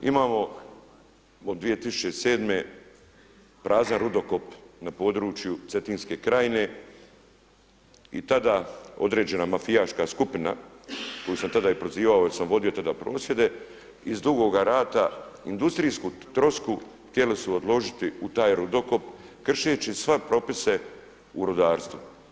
Znači imamo od 2007. prazan rudokop na području Cetinske krajine i tada određena mafijaška skupina koju sam tada i prozivao jer sam vodio tada prosvjede iz Dugoga rata industrijsku trosku htjeli su odložiti u taj rudokop kršeći sve propise u rudarstvu.